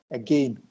again